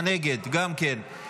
אתה נגד גם כן.